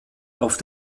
auf